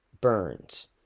Burns